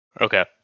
Okay